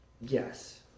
yes